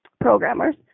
programmers